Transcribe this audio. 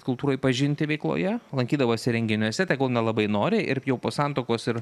kultūrai pažinti veikloje lankydavosi renginiuose tegul nelabai noriai ir jau po santuokos ir